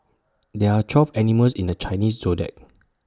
there are twelve animals in the Chinese Zodiac